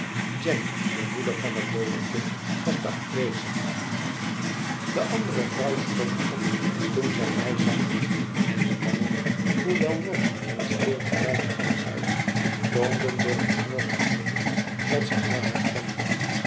jenny de moeder van het doode kind was de afwezige de andere vrouw stond op toen zij mij zag en de mannen hoewel norsch en stil gelijk altijd toonden door een knorrig knikken dat zij mij herkenden